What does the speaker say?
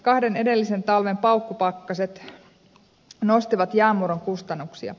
kahden edellisen talven paukkupakkaset nostivat jäänmurron kustannuksia